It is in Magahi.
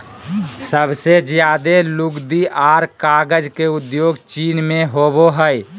सबसे ज्यादे लुगदी आर कागज के उद्योग चीन मे होवो हय